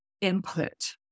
input